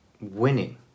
winning